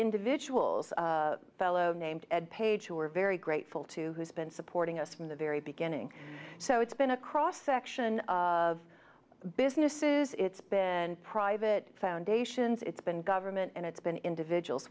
individuals fellow named ed page who we're very grateful to who's been supporting us from the very beginning so it's been a cross section of businesses it's been private foundations it's been government and it's been individuals